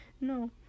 No